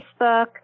Facebook